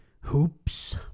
Hoops